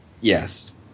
Yes